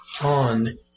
on